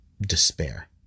despair